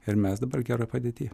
ir mes dabar geroj padėty